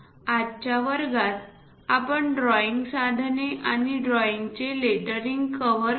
आजच्या वर्गात आपण ड्रॉईंग साधने आणि या ड्रॉईंगचे लेटरिंग कव्हर केले